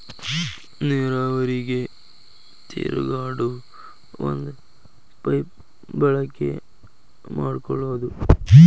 ನೇರಾವರಿಗೆ ತಿರುಗಾಡು ಒಂದ ಪೈಪ ಬಳಕೆ ಮಾಡಕೊಳುದು